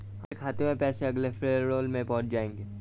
आपके खाते में पैसे अगले पैरोल में पहुँच जाएंगे